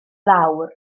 lawr